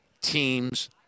teams